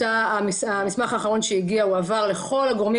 המסמך האחרון שהגיע הועבר לכל הגורמים